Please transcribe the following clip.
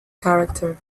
character